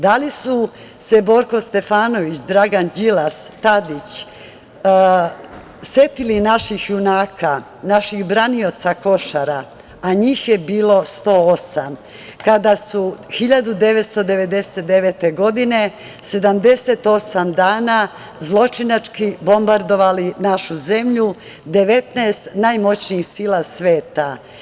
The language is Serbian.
Da li su se Borko Stefanović, Dragan Đilas, Tadić setili naših junaka, naših branioca Košara, a njih je bilo 108, kada su 1999. godine 78 dana zločinački bombardovali našu zemlju 19 najmoćnijih sila sveta.